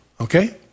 Okay